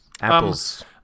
Apples